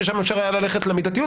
ששם אפשר היה ללכת למידתיות,